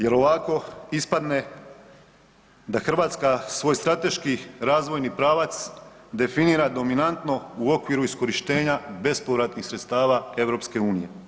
Jer ovako ispadne da Hrvatska svoj strateški razvojni pravac definira dominantno u okviru iskorištenja bespovratnih sredstava EU.